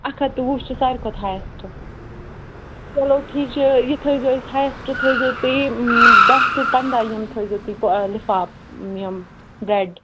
اکھ ہَتھ تہٕ وُہ چھُ ساروی کھۄتہٕ ہایسٹ چلو ٹھیٖک چھُ یہِ تھٲیِزیٚو أسۍ ہایسٹ تھٲیِزیٚو تُہۍ دَہ ٹُو پَنٛداہ یِم تھٲیزیٚو تُہۍ لِفاف یِم برٛیڈ